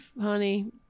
Honey